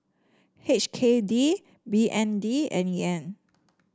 H K D B N D and Yen